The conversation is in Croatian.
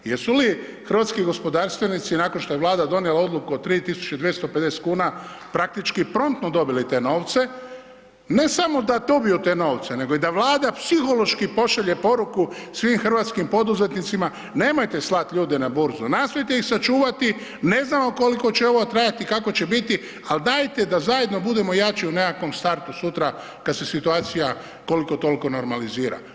Jesu li hrvatski gospodarstvenici nakon što je Vlada donijela odluku o 3250 kuna praktički promptno dobili te novce, ne samo da dobiju te novce nego i da Vlada psihološki pošalje poruku svim hrvatskim poduzetnicima, nemojte slati ljude na Burzu, nastojte ih sačuvati, ne znamo koliko će ovo trajati, kako će biti, ali dajte da zajedno budemo jači u nekakvom startu sutra kad se situacija koliko-toliko normalizira.